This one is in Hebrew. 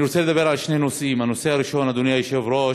אני רוצה לדבר על שני נושאים, אדוני היושב-ראש.